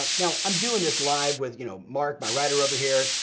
but now, i'm doin' this live with, you know, mark, my writer over here,